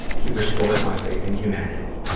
he restored my faith in humanity.